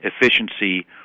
efficiency